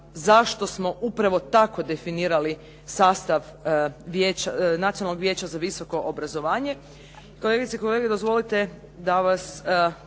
zašto smo upravo tako definirali sastav Nacionalnog vijeća za visoko obrazovanje. Kolegice i kolege, dozvolite da vas